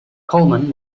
coleman